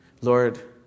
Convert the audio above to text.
Lord